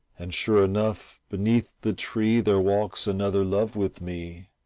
and sure enough beneath the tree there walks another love with me,